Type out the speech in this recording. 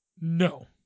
No